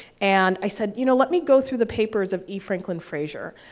and i said, you know let me go through the papers of e. franklin frazier,